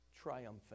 triumphant